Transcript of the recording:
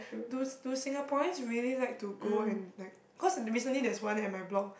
do s~ do Singaporeans really like to go and like cause the recently there's one at my block